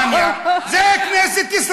זו לא כנסת גרמניה,